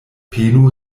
penu